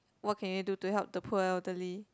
what can you do to help the poor elderly